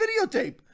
videotape